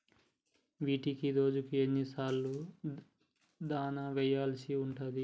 వీటికి రోజుకు ఎన్ని సార్లు దాణా వెయ్యాల్సి ఉంటది?